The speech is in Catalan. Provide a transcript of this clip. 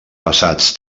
passats